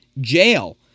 Jail